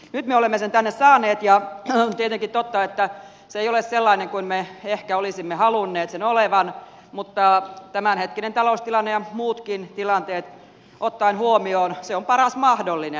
nyt me olemme sen tänne saaneet ja on tietenkin totta että se ei ole sellainen kuin me ehkä olisimme halunneet sen olevan mutta tämänhetkinen taloustilanne ja muutkin tilanteet ottaen huomioon se on paras mahdollinen